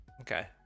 Okay